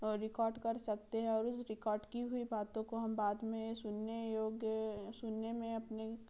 record कर सकते हैं और उस रिकाॅर्ड की हुई बातों को हम बाद में सुनने योग्य सुनने में अपने